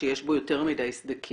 ושיש בו יותר מדי סדקים,